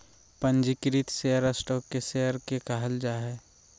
पंजीकृत share stock के share के कहल जा हइ